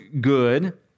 good